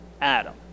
Adam